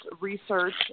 research